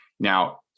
Now